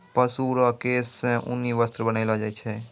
पशु रो केश से ऊनी वस्त्र बनैलो छै